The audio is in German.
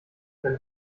seine